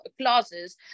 clauses